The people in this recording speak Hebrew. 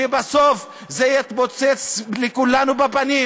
ובסוף זה יתפוצץ לכולנו בפנים.